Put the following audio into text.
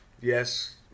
yes